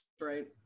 right